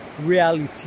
reality